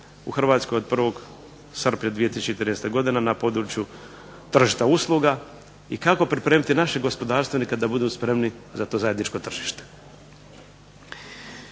u Hrvatskoj od 1. srpnja 2013. godine na području tržišta usluga i kako pripremiti naše gospodarstvenike da budu spremni za to zajedničko tržište.